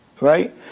Right